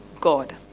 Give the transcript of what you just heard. God